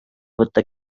võtta